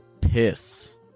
piss